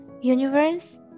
Universe